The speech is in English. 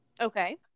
Okay